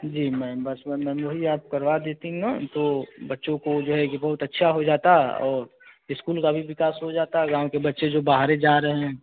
जी ma'am बस वह ma'am वही आप करवा देती ना तो बच्चों को जो है कि बहुत अच्छा हो जाता और इस्कूल का भी विकास हो जाता है गाँव के बच्चे जो बाहर जा रहे हैं